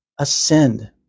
ascend